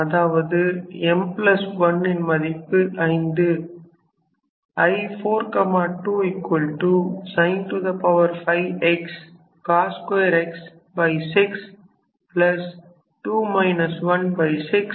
அதாவது m1 ன் மதிப்பு 5